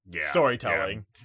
storytelling